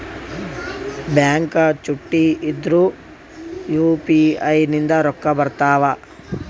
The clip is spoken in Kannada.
ಬ್ಯಾಂಕ ಚುಟ್ಟಿ ಇದ್ರೂ ಯು.ಪಿ.ಐ ನಿಂದ ರೊಕ್ಕ ಬರ್ತಾವಾ?